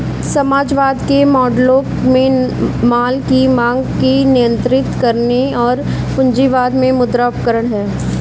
समाजवाद के मॉडलों में माल की मांग को नियंत्रित करने और पूंजीवाद के मुद्रा उपकरण है